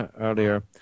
earlier